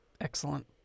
excellent